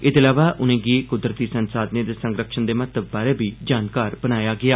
एह्दे अलावा उनें'गी कुदरती संसाघनें दे संरक्षण दे महत्व बारै बी जानकार बनाया गेआ